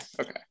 okay